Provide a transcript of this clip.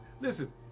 listen